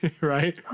Right